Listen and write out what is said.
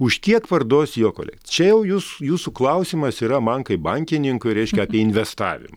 už kiek parduos jo kolekciją čia jau jūs jūsų klausimas yra man kaip bankininkui reiškia investavim